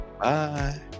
Bye